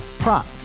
Prop